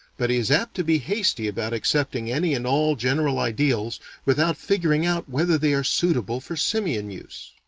but he is apt to be hasty about accepting any and all general ideals without figuring out whether they are suitable for simian use.